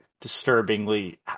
disturbingly